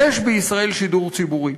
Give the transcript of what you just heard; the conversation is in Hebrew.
יש בישראל שידור ציבורי.